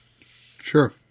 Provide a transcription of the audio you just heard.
Sure